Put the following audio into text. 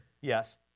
Yes